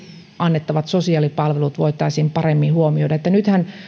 annettavat sosiaalipalvelut voitaisiin paremmin huomioida nythän